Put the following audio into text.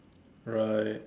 right